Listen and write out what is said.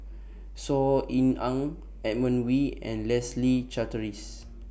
Saw Ean Ang Edmund Wee and Leslie Charteris